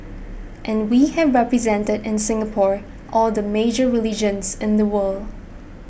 and we have represented in Singapore all the major religions in the world